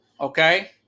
okay